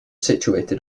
situated